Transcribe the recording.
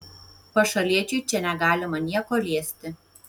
pašaliečiui čia negalima nieko liesti